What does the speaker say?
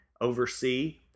oversee